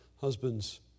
Husbands